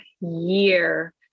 year